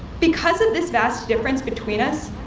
because of this vast difference between us,